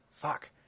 Fuck